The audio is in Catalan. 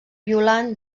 violant